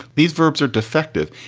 these verbs are defective.